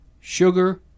Sugar